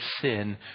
sin